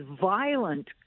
violent